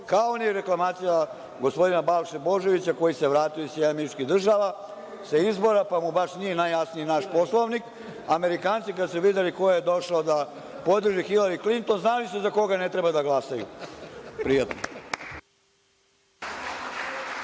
kao ni reklamacija gospodina Balše Božovića, koji se vratio iz SAD, sa izbora, pa mu baš nije najjasnije naš Poslovnik. Amerikanci kada su videli kad su videli ko je došao da podrži Hilari Klinton, znali su za koga ne treba da glasaju. Prijatno.